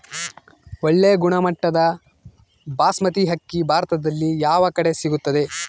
ಒಳ್ಳೆ ಗುಣಮಟ್ಟದ ಬಾಸ್ಮತಿ ಅಕ್ಕಿ ಭಾರತದಲ್ಲಿ ಯಾವ ಕಡೆ ಸಿಗುತ್ತದೆ?